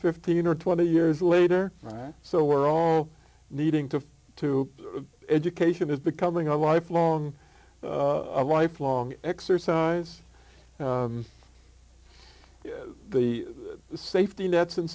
fifteen or twenty years later right so we're all needing to to education is becoming a lifelong lifelong exercise the safety nets